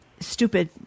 stupid